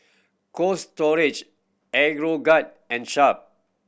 Cold Storage Aeroguard and Sharp